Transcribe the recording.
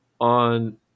on